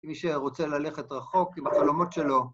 כמי שרוצה ללכת רחוק עם החלומות שלו.